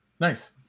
Nice